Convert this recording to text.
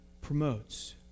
promotes